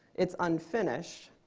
it's unfinished.